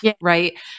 right